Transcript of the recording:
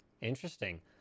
Interesting